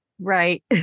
Right